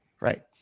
Right